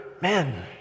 men